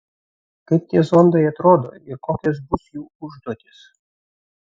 kaip tie zondai atrodo ir kokios bus jų užduotys